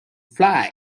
fly